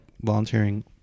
volunteering